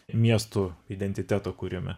miestų identiteto kūrime